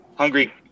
hungry